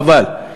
חבל,